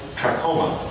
trachoma